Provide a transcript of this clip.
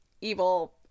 evil